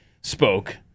spoke